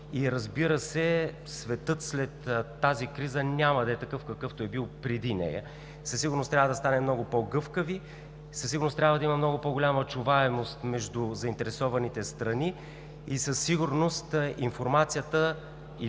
И, разбира се, светът след тази криза няма да е такъв, какъвто е бил преди нея. Със сигурност трябва да станем много по-гъвкави. Със сигурност трябва да има много по-голяма чуваемост между заинтересованите страни и със сигурност информацията,